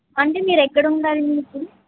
అంటే మీరు ఎక్కడ ఉంటారు అండి ఇప్పుడు